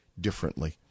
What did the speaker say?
differently